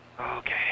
Okay